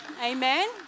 amen